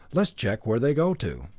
let's check where they go to.